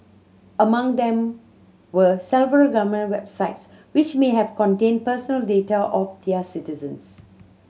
among them were several government websites which may have contained personal data of their citizens